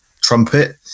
trumpet